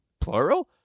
Plural